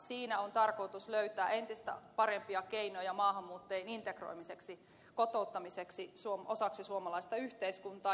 siinä on tarkoitus löytää entistä parempia keinoja maahanmuuttajien integroimiseksi kotouttamiseksi osaksi suomalaista yhteiskuntaa